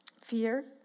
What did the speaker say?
Fear